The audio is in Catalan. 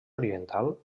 oriental